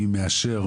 מי מאשר,